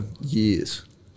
years